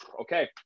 okay